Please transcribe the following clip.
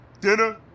Dinner